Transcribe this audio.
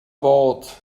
bord